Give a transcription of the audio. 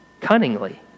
cunningly